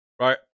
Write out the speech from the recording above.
right